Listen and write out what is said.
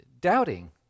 doubting